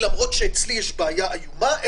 למרות שאצלי יש בעיה איומה,